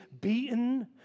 beaten